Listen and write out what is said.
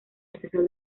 asesor